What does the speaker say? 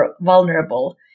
vulnerable